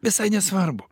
visai nesvarbu